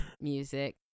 music